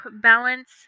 balance